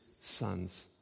son's